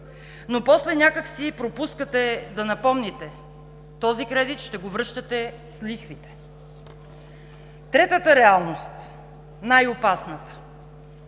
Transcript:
но после някак си пропускате да напомните – този кредит ще го връщате с лихвите. Третата реалност, най-опасната